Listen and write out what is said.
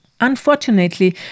Unfortunately